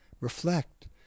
reflect